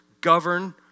govern